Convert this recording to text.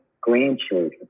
grandchildren